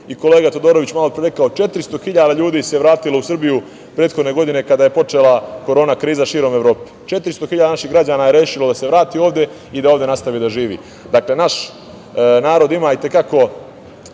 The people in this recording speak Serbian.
Kolega Todorović je malopre rekao 400.000 ljudi se vratilo u Srbiju prethodne godine kada je počela korona kriza širom Evrope. Četiristo hiljada naših građana je rešilo da se vrati ovde i da ovde nastavi da živi. Dakle, naš narod ima i te kako